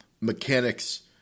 mechanics